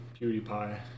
PewDiePie